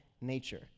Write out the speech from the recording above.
nature